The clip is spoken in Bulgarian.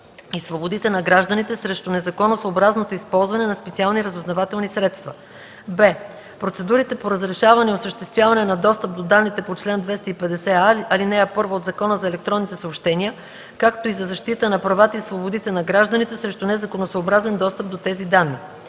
и свободите на гражданите срещу незаконосъобразното използване на специални разузнавателни средства; б) процедурите по разрешаване и осъществяване на достъп до данните по чл. 250а, ал. 1 от Закона за електронните съобщения, както и за защита на правата и свободите на гражданите срещу незаконосъобразен достъп до тези данни.